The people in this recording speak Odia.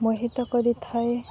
ମୋହିତ କରିଥାଏ